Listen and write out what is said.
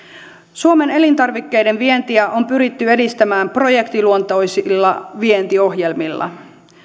suomen elintarvikkeiden vientiä on pyritty edistämään projektiluontoisilla vientiohjelmilla